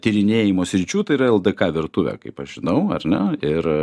tyrinėjimo sričių tai yra ldk virtuvė kaip aš žinau ar ne ir